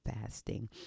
fasting